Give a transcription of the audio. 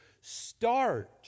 start